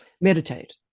Meditate